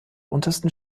untersten